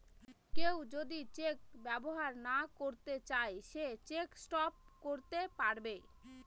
কেউ যদি চেক ব্যবহার না করতে চাই সে চেক স্টপ করতে পারবে